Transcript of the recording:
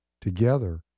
together